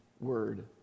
word